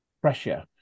pressure